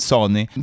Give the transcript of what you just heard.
Sony